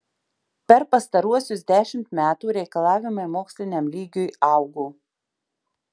per pastaruosius dešimt metų reikalavimai moksliniam lygiui augo